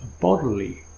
bodily